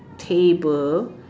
table